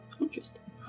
Interesting